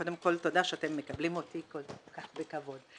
קודם כל, תודה שאתם מקבלים אותי כל כך בכבוד.